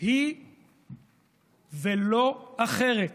היא ולא אחרת